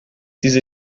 diese